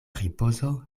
ripozo